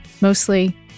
Mostly